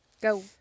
Go